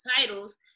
titles